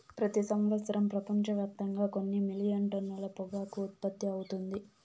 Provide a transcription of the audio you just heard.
ప్రతి సంవత్సరం ప్రపంచవ్యాప్తంగా కొన్ని మిలియన్ టన్నుల పొగాకు ఉత్పత్తి అవుతుంది